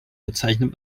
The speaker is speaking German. bezeichnet